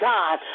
God